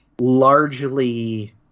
largely